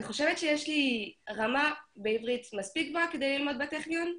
אני חושבת שיש לי רמה בעברית מספיק גבוהה כדי ללמוד בטכניון,